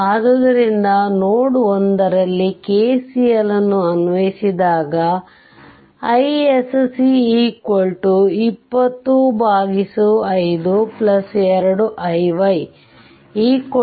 ಆದ್ದರಿಂದ ನೋಡ್ 1 ರಲ್ಲಿ KCL ನ್ನು ಅನ್ವಯಿಸಿದಾಗ isc2052iy42x2